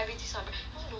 cause Lotus right